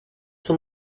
son